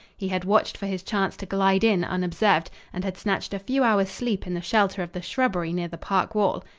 he had watched for his chance to glide in unobserved, and had snatched a few hours' sleep in the shelter of the shrubbery near the park wall.